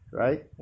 right